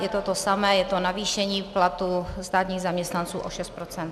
Je to to samé, je to navýšení platů státních zaměstnanců o 6 %.